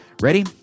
Ready